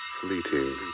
fleeting